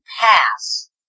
pass